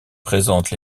présente